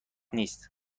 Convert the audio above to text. نیست